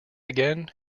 again